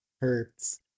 hurts